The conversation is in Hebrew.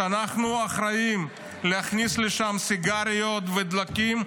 שאנחנו אחראיים להכניס לשם סיגריות ודלקים,